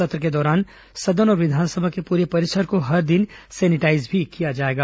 सत्र के दौरान सदन और विधानसभा के पूरे परिसर को हर दिन सेनिटाईज भी किया जाएगा